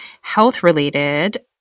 health-related